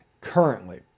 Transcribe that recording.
currently